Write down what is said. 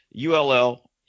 ULL